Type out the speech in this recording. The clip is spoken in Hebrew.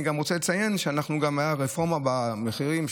אני גם רוצה לציין שהייתה רפורמה במחירים,